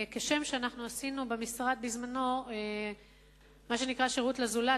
כשם שעשינו במשרד את מה שנקרא שירות לזולת,